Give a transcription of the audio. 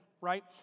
right